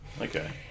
Okay